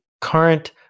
current